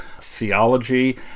theology